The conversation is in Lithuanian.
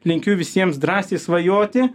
linkiu visiems drąsiai svajoti